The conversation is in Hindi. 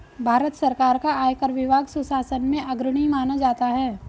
भारत सरकार का आयकर विभाग सुशासन में अग्रणी माना जाता है